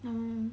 mm